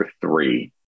three